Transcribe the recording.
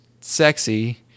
sexy